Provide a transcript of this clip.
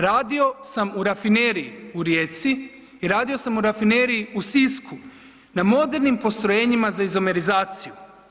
Radio sam u rafineriji u Rijeci i radio sam na rafineriji u Sisku na modernim postrojenjima za izomerizaciju.